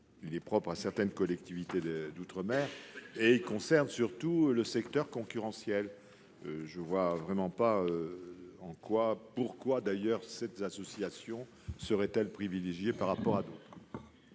propre à certaines collectivités d'outre-mer concerne surtout le secteur concurrentiel. Je ne vois vraiment pas pourquoi ces associations seraient privilégiées par rapport à d'autres.